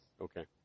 Okay